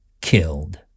killed